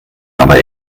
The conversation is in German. aber